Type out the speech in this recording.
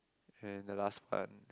and the last part